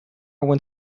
went